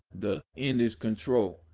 the end is control.